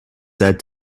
said